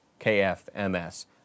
KFMS